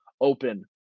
open